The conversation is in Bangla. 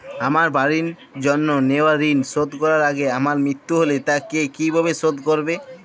আমার বাড়ির জন্য নেওয়া ঋণ শোধ করার আগে আমার মৃত্যু হলে তা কে কিভাবে শোধ করবে?